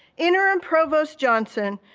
interim provost johnson,